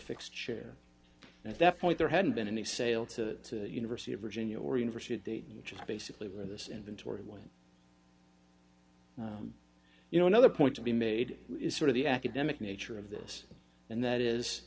and at that point there hadn't been a sale to university of virginia or university of dayton which is basically where this inventory went you know another point to be made is sort of the academic nature of this and that is